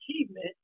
achievement